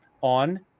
on